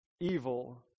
evil